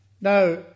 now